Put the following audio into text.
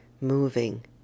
moving